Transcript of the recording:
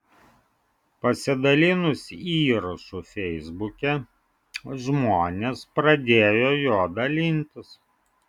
pasidalinus įrašu feisbuke žmonės pradėjo juo dalintis